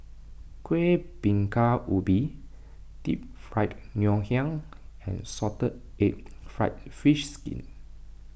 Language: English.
Kueh Bingka Ubi Deep Fried Ngoh Hiang and Salted Egg Fried Fish Skin